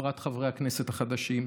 בפרט חברי הכנסת החדשים,